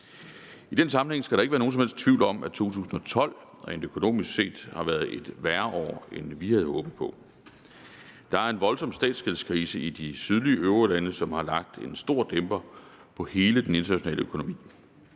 I den sammenhæng skal der ikke være nogen som helst tvivl om, at 2012 rent økonomisk set har været et værre år, end vi havde håbet på. Der er en voldsom statsgældskrise i de sydlige eurolande, som har lagt en stor dæmper på hele den internationale økonomi.